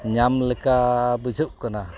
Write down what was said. ᱧᱟᱢ ᱞᱮᱠᱟ ᱵᱩᱡᱷᱟᱹᱜ ᱠᱟᱱᱟ